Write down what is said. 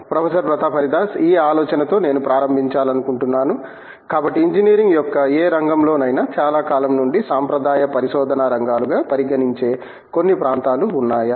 professor Pratap Haridas ఈ ఆలోచనతో నేను ప్రారంభించాలనుకుంటున్నాను కాబట్టి ఇంజనీరింగ్ యొక్క ఏ రంగంలోనైనా చాలా కాలం నుండి సాంప్రదాయ పరిశోధనా రంగాలుగా పరిగణించే కొన్ని ప్రాంతాలు ఉన్నాయా